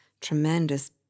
tremendous